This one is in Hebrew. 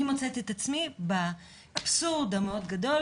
אני מוצאת את עצמי באבסורד המאוד גדול